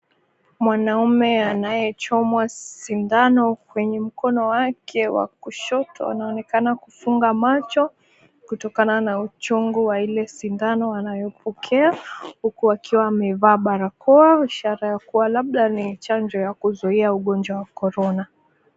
Mwanaume anayechomwa sindano kwenye mkono wake wa kushoto anaonekana kufunga macho kutokana na uchungu wa ile sindano anayopokea huku akiwa amevaa barakoa, ishara ya kuwa labda ni chanjo ya kuzuia ugonjwa wa Corona.